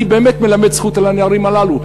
אני באמת מלמד זכות על הנערים הללו.